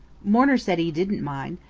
mourner said he didn't mind,